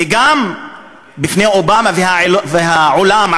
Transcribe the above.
וגם בפני אובמה והעולם,